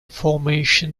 formation